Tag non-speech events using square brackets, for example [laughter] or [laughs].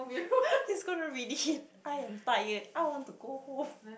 [laughs] he's going to read it I am tired I want to go home